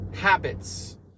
habits